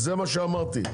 מה שאמרתי.